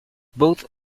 both